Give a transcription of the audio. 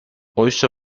oysa